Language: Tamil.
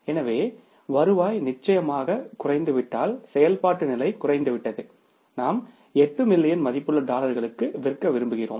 எனவே வருவாய் நிச்சயமாக குறைந்துவிட்டதால் செயல்பாட்டு நிலை குறைந்துவிட்டது நாம் 8 மில்லியன் மதிப்புள்ள டாலர்களுக்கு விற்க விரும்புகிறோம்